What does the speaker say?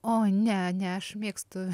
o ne ne aš mėgstu